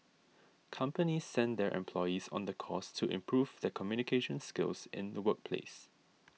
companies send their employees on the course to improve their communication skills in the workplace